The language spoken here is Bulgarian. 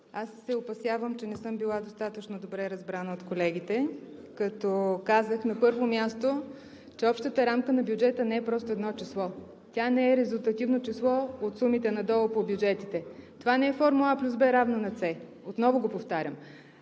Аз се опасявам, че не съм била достатъчно добре разбрана от колегите, като казах, на първо място, че общата рамка на бюджета не е просто едно число, тя не е резултативно число от сумите надолу по бюджетите. Това не е формула А + Б = С, отново го повтарям.